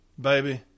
baby